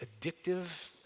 addictive